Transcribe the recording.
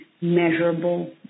measurable